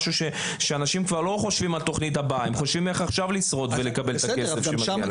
אנשים אלה חושבים איך עכשיו לשרוד ולקבל את הכסף שמגיע להם.